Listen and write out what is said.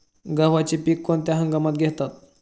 गव्हाचे पीक कोणत्या हंगामात घेतात?